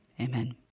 amen